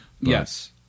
yes